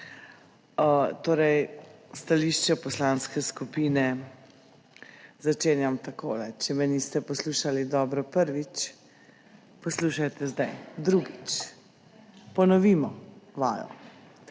pozdrav! Stališče poslanske skupine začenjam takole. Če me niste dobro poslušali prvič, poslušajte zdaj, drugič. Ponovimo vajo.